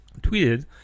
tweeted